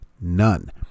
None